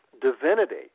divinity